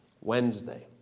Wednesday